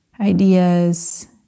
ideas